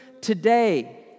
today